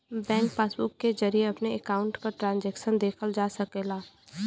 bank passbook के जरिये अपने अकाउंट क ट्रांजैक्शन देखल जा सकला